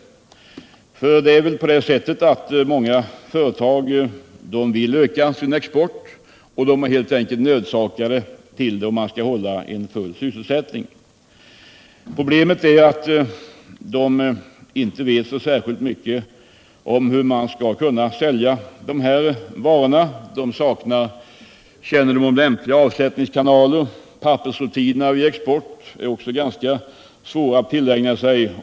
Det är väl på det sättet att många företag vill öka sin export, och de är helt enkelt nödsakade att göra det för att kunna hålla full sysselsättning. Deras problem är då att de inte vet särskilt mycket om hur deras varor skall säljas —- de saknar kännedom om lämpliga avsättningskanaler, och pappersrutinerna vid exporten kan också vara ganska svåra att tillägna sig.